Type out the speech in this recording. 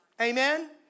Amen